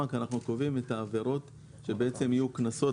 אנחנו קובעים את העבירות שיהיו קנסות.